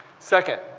second,